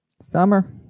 summer